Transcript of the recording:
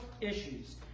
issues